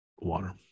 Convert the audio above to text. water